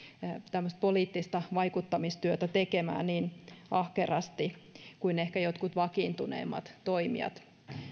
tämmöistä poliittista vaikuttamistyötä tekemään niin ahkerasti kuin ehkä jotkut vakiintuneemmat toimijat